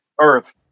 Earth